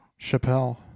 Chappelle